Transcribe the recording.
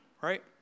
right